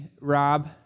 Rob